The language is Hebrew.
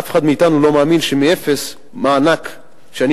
שאף אחד מאתנו לא מאמין שמאפס מענק שאני